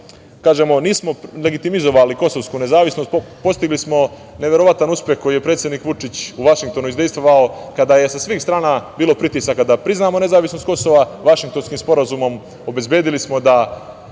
Kažemo, nismo legitimizovali kosovsku nezavisnost. Postigli smo neverovatan uspeh koji je predsednik Vučić u Vašingtonu izdejstvovao kada je sa svih strana bilo pritisaka da priznamo nezavisnost Kosova. Vašingtonskim sporazumom obezbedili smo da